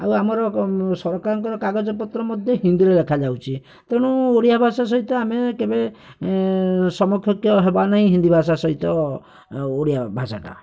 ଆଉ ଆମର ସରକାରଙ୍କର କାଗଜପତ୍ର ମଧ୍ୟ ହିନ୍ଦୀରେ ଲେଖାଯାଉଛି ତେଣୁ ଓଡ଼ିଆଭାଷା ସହିତ ଆମେ କେବେ ସମକକ୍ଷ ହେବନାହିଁ ହିନ୍ଦୀ ଭାଷା ସହିତ ଓଡ଼ିଆ ଭାଷାଟା